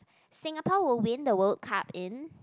Singapore will win the World-Cup in